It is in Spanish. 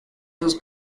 sus